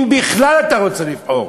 אם בכלל אתה רוצה לבחור.